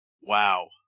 Wow